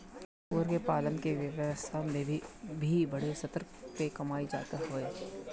सूअर पालन के व्यवसाय भी बड़ स्तर पे कईल जात हवे